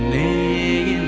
a